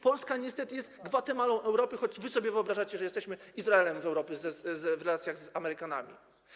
Polska niestety jest Gwatemalą Europy, choć wy sobie wyobrażacie, że jesteśmy Izraelem w Europie w relacjach z Amerykanami.